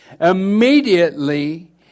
Immediately